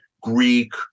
Greek